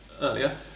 earlier